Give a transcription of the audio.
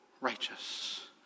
righteous